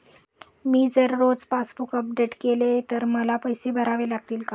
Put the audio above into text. मी जर रोज passbook update केले तर मला पैसे भरावे लागतील का?